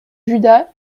judas